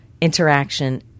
interaction